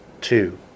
Two